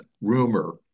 rumor